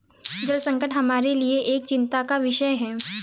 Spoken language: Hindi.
जल संकट हमारे लिए एक चिंता का विषय है